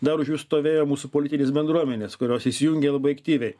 dar už jų stovėjo mūsų politinės bendruomenės kurios įsijungė labai aktyviai